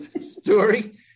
story